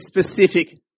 specific